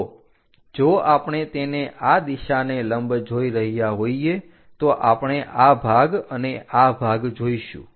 તો જો આપણે તેને આ દિશાને લંબ જોઈ રહ્યા હોઈએ તો આપણે આ ભાગ અને આ ભાગ જોઈશું